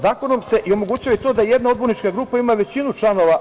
Zakonom se omogućava i to da jedna odbornička grupa ima većinu članova